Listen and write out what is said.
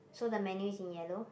so the menu is in yellow